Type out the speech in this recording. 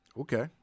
Okay